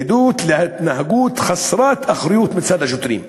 זו עדות להתנהגות חסרת אחריות מצד השוטרים.